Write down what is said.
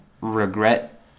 regret